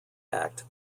act